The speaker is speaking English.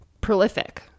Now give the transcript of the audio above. prolific